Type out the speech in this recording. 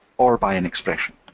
or by an expression.